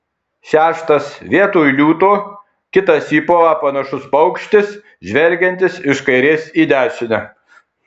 šeštas vietoj liūto kitas į povą panašus paukštis žvelgiantis iš kairės į dešinę